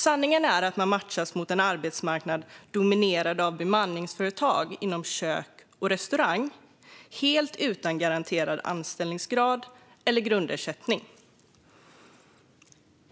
Sanningen är att man matchas mot en arbetsmarknad dominerad av bemanningsföretag inom kök och restaurang, helt utan garanterad anställningsgrad eller grundersättning.